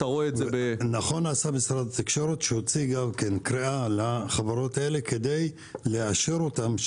נכון עשה משרד התקשורת שהוציא קריאה לחברות האלה כדי לאשר אותן.